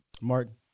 Martin